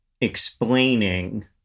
explaining